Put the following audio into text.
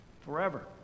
forever